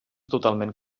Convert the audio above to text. totalment